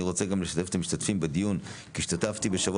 אני רוצה גם לשתף את המשתתפים בדיון כי השתתפתי בשבוע